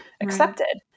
accepted